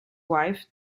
wife